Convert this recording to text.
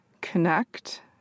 connect